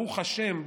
ברוך השם,